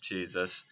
Jesus